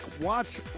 Watch